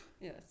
Yes